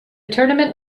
tournament